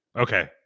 Okay